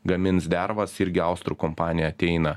gamins dervas irgi austrų kompanija ateina